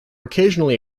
occasionally